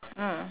mm